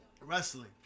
wrestling